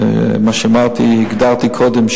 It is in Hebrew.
כפי שהגדרתי קודם,